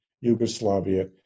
Yugoslavia